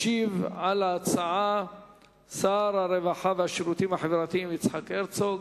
ישיב על ההצעה שר הרווחה והשירותים החברתיים יצחק הרצוג.